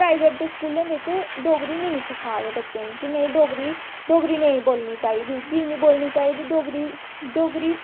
private दे स्कूलें बिच्च डोगरी नेईं सखाऽ दे बच्चें गी कि नेईं डोगरी डोगरी नेईं बोलनी चाहिदी कीऽ निं डोगरी बोलनी चाहिदी डोगरी